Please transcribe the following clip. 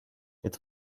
het